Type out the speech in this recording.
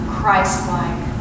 Christ-like